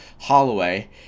Holloway